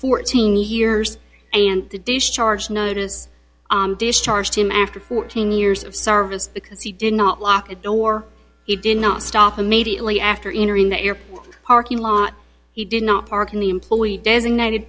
fourteen years and the discharge notice discharged him after fourteen years of service because he did not lock a door he did not stop immediately after entering the airport parking lot he did not park in the employee designated